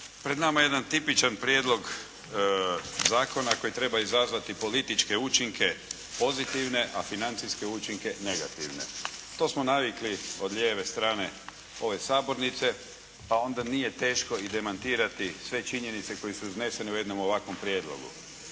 Pred nama je jedan tipičan prijedlog zakona koji treba izazvati političke učinke pozitivne, a financijske učinke negativne. To smo navikli od lijeve strane ove sabornice, pa onda nije teško i demantirati sve činjenice koje su iznesene u jednom ovakvom prijedlogu.